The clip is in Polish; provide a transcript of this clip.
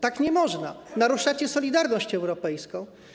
Tak nie można, naruszacie solidarność europejską.